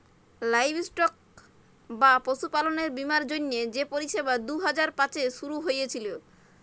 livestock বা পশুপাললের বীমার জ্যনহে যে পরিষেবা দু হাজার পাঁচে শুরু হঁইয়েছিল